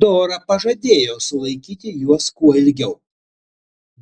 dora pažadėjo sulaikyti juos kuo ilgiau